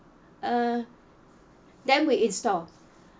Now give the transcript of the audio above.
uh then we install